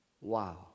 Wow